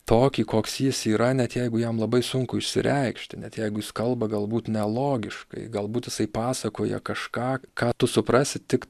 tokį koks jis yra net jeigu jam labai sunku išsireikšti net jeigu jis kalba galbūt nelogiškai galbūt jisai pasakoja kažką ką tu suprasi tik